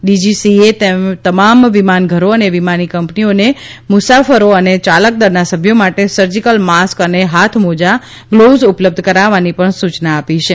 DGCA એ તમામ વિમાન ઘરો અને વિમાની કંપનીઓને મુસાફરો અને ચાલક દળના સભ્યો માટે સર્જીકલ માસ્ક અને હાથમોજા ગ્લોવ્ઝ ઉપલબ્ધ કરાવવાની પણ સુયના આપી છે